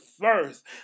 first